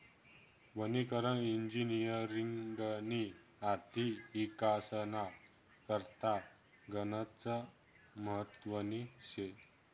वनीकरण इजिनिअरिंगनी आर्थिक इकासना करता गनच महत्वनी शे